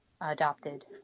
adopted